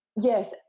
Yes